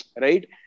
right